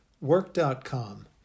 Work.com